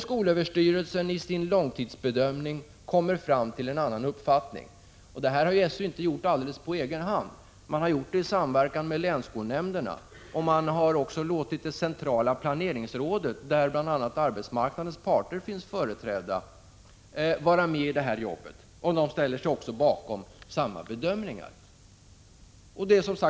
Skolöverstyrelsen har i sin långtidsbedömning kommit fram till en annan uppfattning. Det har skolöverstyrelsen inte gjort alldeles på egen hand. Bedömningen har man gjort i samverkan med länsskolnämnderna, och man har också låtit det centrala planeringsrådet, där bl.a. arbetsmarknadens parter finns företrädda, vara mediarbetet. De ställer sig bakom denna bedömning.